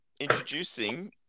introducing